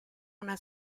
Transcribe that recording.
una